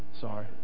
Sorry